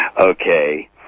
okay